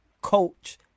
coach